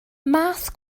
math